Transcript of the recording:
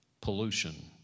pollution